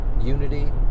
unity